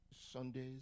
Sundays